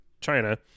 China